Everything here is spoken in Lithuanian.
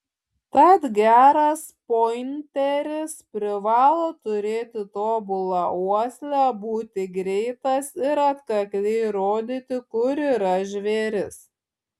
tad geras pointeris privalo turėti tobulą uoslę būti greitas ir atkakliai rodyti kur yra žvėris